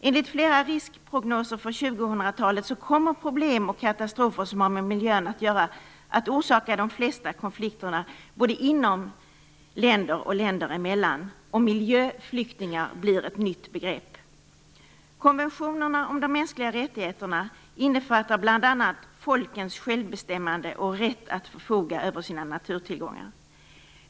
Enligt flera riskprognoser för 2000-talet kommer problem och katastrofer som har med miljön att göra att orsaka de flesta konflikterna både inom länder och länder emellan. Miljöflyktingar blir ett nytt begrepp. Konventionerna om de mänskliga rättigheterna innefattar bl.a. folkens självbestämmande och rätt att förfoga över sina naturtillgångar.